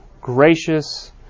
gracious